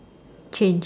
change